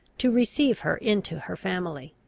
to receive her into her family.